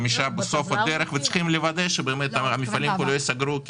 -- וצריכים לוודא שהמפעלים פה לא ייסגרו.